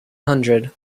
hundred